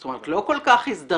זאת אומרת, לא כל כך הזדרזתם.